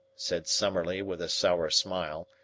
said summerlee with a sour smile,